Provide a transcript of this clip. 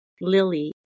Lily